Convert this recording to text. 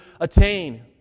attain